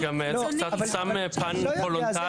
זה כל --- אבל זה שם פן וולונטרי.